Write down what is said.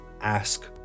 ask